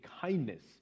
kindness